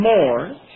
more